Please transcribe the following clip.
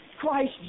Christ